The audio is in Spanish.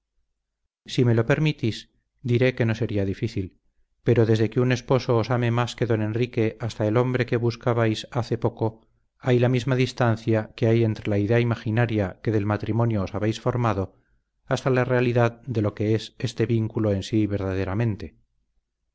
si me lo permitís diré que no sería difícil pero desde que un esposo os ame más que don enrique hasta el hombre que buscabais hace poco hay la misma distancia que hay desde la idea imaginaria que del matrimonio os habéis formado hasta la realidad de lo que es este vínculo en sí verdaderamente